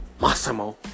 massimo